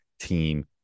team